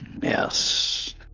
yes